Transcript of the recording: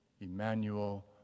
Emmanuel